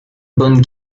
bonne